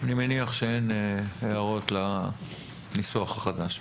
אני מניח שאין הערות לניסוח החדש.